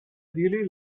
really